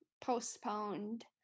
postponed